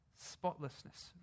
spotlessness